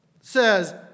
says